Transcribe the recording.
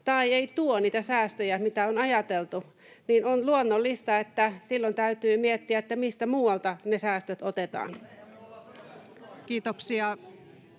tai ei tuo niitä säästöjä, mitä on ajateltu, niin on luonnollista, että silloin täytyy miettiä, mistä muualta ne säästöt otetaan.